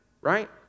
right